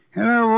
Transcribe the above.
Hello